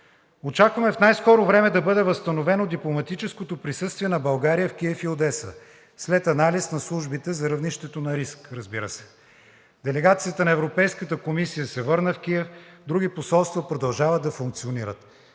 Очакваме в най-скоро време да бъде възстановено дипломатическото присъствие на България в Киев и Одеса след анализ на службите за равнището на риск, разбира се. Делегацията на Европейската комисия се върна в Киев, други посолства продължават да функционират.